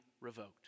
revoked